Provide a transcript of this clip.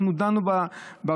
אנחנו דנו ברפורמה,